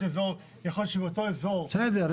יכול להיות שבאותו אזור גיאוגרפי --- בסדר.